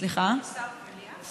תמר, יש שר במליאה?